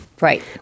Right